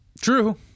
True